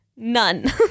none